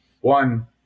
One